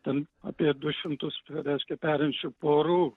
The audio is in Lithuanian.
ten apie du šimtus reiškia perinčių porų